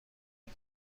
یکی